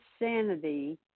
insanity